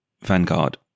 Vanguard